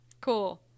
Cool